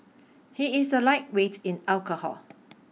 he is a lightweight in alcohol